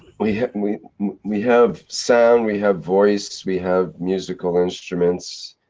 we have, and we we have sound, we have voice, we have musical instruments,